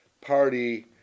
party